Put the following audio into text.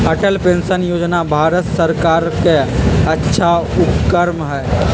Atal pension योजना भारत सर्कार के अच्छा उपक्रम हई